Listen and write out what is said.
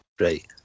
Right